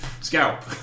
scalp